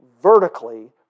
vertically